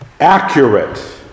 accurate